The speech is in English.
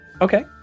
Okay